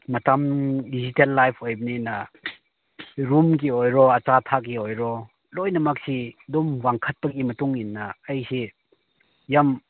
ꯃꯇꯝ digital life ꯑꯣꯏꯕꯅꯤꯅ ꯔꯨꯝꯒꯤ ꯑꯣꯏꯔꯣ ꯑꯆꯥ ꯑꯊꯛꯀꯤ ꯑꯣꯏꯔꯣ ꯂꯣꯏꯅꯃꯛꯁꯤ ꯑꯗꯨꯝ ꯋꯥꯡꯈꯠ ꯋꯥꯡꯈꯠꯄꯒꯤ ꯏꯟꯅ ꯑꯩꯁꯦ ꯌꯥꯝ